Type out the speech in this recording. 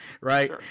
right